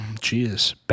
Jesus